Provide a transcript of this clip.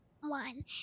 one